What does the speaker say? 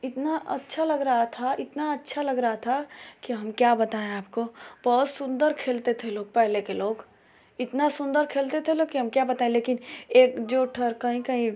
इतना अच्छा लग रहा था इतना अच्छा लग रहा था कि हम क्या बताएँ आपको बहुत सुंदर खेलते थे लोग पहले के लोग इतना सुंदर खेलते थे लोग कि हम क्या बताएँ लेकिन एक जो ठर कहीं कहीं